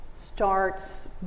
starts